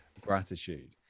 gratitude